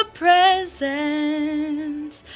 presents